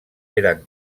eren